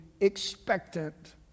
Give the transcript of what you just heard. expectant